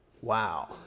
Wow